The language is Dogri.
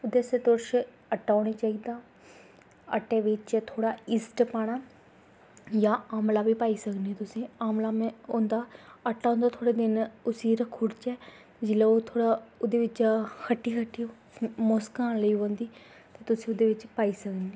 ओह्दे आस्तै तुस आटा होना चाहिदा आटै बिच्च थोह्ड़ा ईस्ट पाना जां आमला बी पाई सकने तुसें आमला में होंदा आटा होंदा थोह्ड़े दिन उस्सी रक्खी ओड़चै जेल्लै एह् होऐ ते ओह्दे बिच्चा खट्टी खट्टी मुस्क औन लग्गी पौंदी ते तुस ओह्दे बिच्च पाई सकने